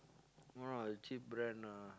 one of the cheap brand ah